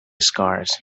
scars